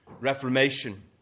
Reformation